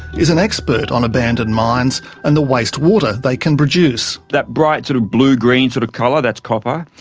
is an expert on abandoned mines and the waste water they can produce. that bright sort of blue-green sort of colour, that's copper,